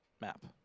map